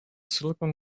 silicon